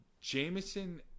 Jameson